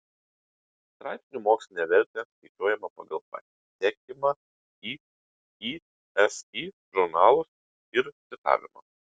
straipsnių mokslinę vertę skaičiuojame pagal patekimą į isi žurnalus ir citavimą